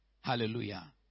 Hallelujah